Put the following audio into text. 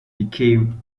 became